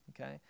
okay